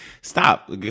Stop